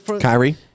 Kyrie